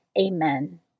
Amen